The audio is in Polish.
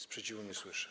Sprzeciwu nie słyszę.